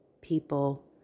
people